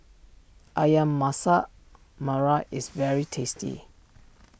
Ayam Masak Merah is very tasty